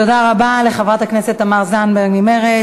תודה רבה לחברת הכנסת תמר זנדברג ממרצ.